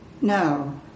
No